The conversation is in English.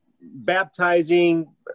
baptizing